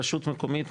הרשות המקומית,